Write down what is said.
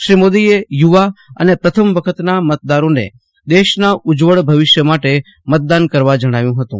શ્રી મોદીએ યુવા અને પ્રથમ વખતના મતદારોને દેશના ઉજળા ભવિષ્ય માટે મતદાન કરવા જજ્ઞાવ્યું હતું